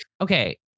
Okay